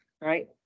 right